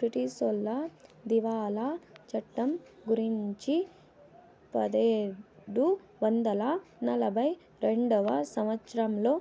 బ్రిటీసోళ్లు దివాళా చట్టం గురుంచి పదైదు వందల నలభై రెండవ సంవచ్చరంలో